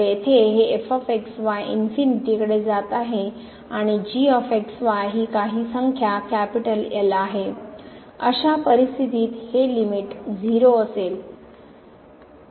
तर येथे हे f x y इनफीनिटी कडे जात आहे आणि g x y ही काही संख्या L आहे अशा परिस्थितीत हे लिमिट 0 असेल